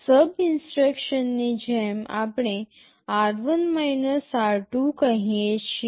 SUB ઇન્સટ્રક્શનની જેમ આપણે r1 r2 કહીએ છીએ